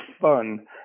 fun